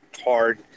hard